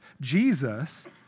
Jesus